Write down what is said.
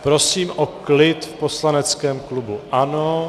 Prosím o klid v poslaneckém klubu ANO.